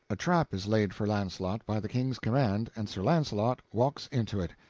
a trap is laid for launcelot, by the king's command, and sir launcelot walks into it.